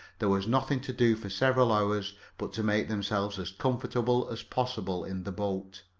there was nothing to do for several hours but to make themselves as comfortable as possible in the boat.